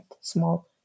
small